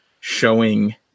showing